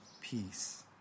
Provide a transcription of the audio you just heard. peace